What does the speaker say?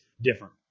different